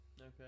Okay